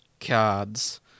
cards